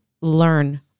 learn